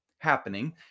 Happening